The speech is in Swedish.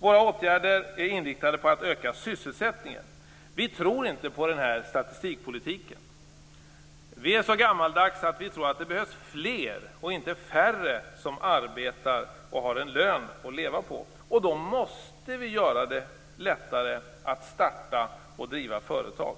Våra åtgärder är inriktade på att öka sysselsättningen. Vi tror inte på statistikpolitiken. Vi är så gammaldags att vi tror att det behövs fler och inte färre som arbetar och har en lön att leva på. Då måste vi göra det lättare att starta och driva företag.